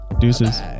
Deuces